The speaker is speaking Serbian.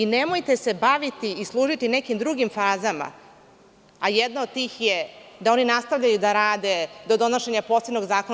Nemojte se baviti i služiti nekim drugim fazama, a jedna od tih je da oni nastavljaju da rade do donošenja posebnog zakona.